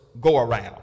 go-around